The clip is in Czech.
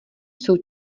jsou